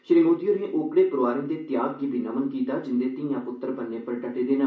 श्री मोदी होरें ओकड़े परोआरें दे त्याग गी बी नमन कीता जिंदे धीआं पुतर बन्नें पर डटे दे न